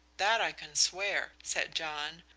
that i can swear, said john,